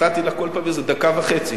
נתתי לה כל פעם איזה דקה וחצי.